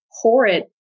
horrid